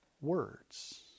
words